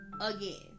again